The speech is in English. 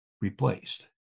replaced